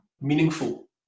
meaningful